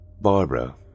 Barbara